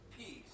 peace